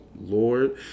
lord